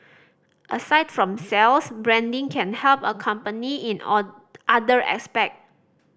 aside from sales branding can help a company in on other aspects